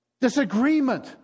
disagreement